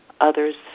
others